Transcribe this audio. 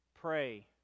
pray